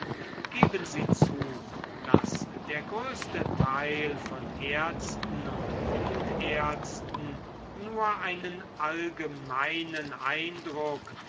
geben sie zu daß der größte teil von ärzten und wundärzten nur einen allgemeinen eindruck